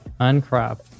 Uncrop